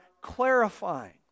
clarifying